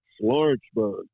Lawrenceburg